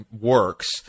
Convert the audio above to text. works